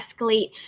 escalate